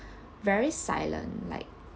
very silent like